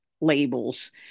labels